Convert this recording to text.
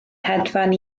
hedfan